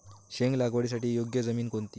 शेंग लागवडीसाठी योग्य जमीन कोणती?